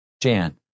Jan